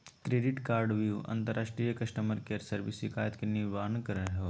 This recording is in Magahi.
क्रेडिट कार्डव्यू अंतर्राष्ट्रीय कस्टमर केयर सर्विस शिकायत के निवारण करो हइ